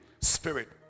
spirit